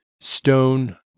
stone